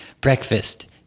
Breakfast